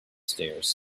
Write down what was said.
stairs